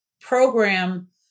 program